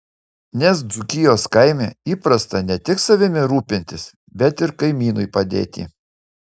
nes dzūkijos kaime įprasta ne tik savimi rūpintis bet ir kaimynui padėti